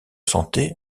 santé